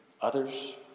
others